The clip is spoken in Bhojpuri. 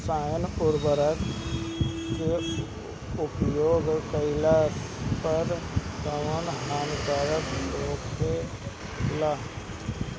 रसायनिक उर्वरक के उपयोग कइला पर कउन हानि होखेला?